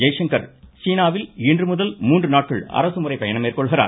ஜெய்சங்கர் சீனாவில் இன்று முதல் மூன்று நாட்கள் அரசுமுறைப் பயணம் மேற்கொள்கிறார்